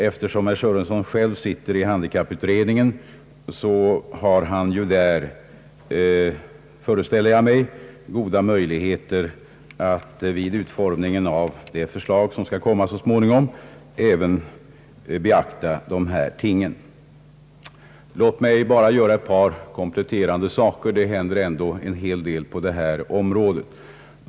Eftersom han själv sitter i handikapputredningen har han, föreställer jag mig, goda möjligheter att vid utformningen av det förslag som så småningom kommer även beakta dessa ting. Låt mig bara göra ett par kompletterande anmärkningar. Det händer ändå en hel del på detta område.